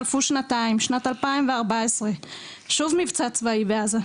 חלפו שנתיים, שנת 2014, שוב מבצע צבאי בעזה.